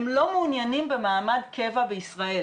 הם לא מעוניינים במעמד קבע בישראל,